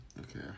Okay